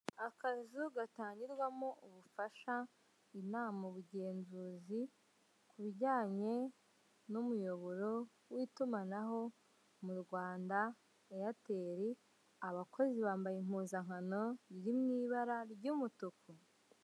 Akazu gatangirwamo ubufasha, inama, ubugenzuzi, ku bujyanye n'umuyoboro w'itumanaho mu Rwanda Eyateri, abakozi bambaye impuzankano iri mu ibara ry'umutuku.